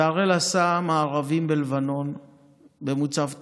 הראל עשה מארבים בלבנון במוצב טייבה,